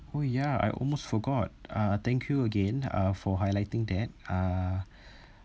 oh yeah I almost forgot uh thank you again uh for highlighting that uh